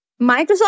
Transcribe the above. Microsoft